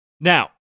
Now